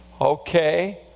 Okay